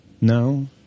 No